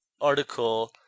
article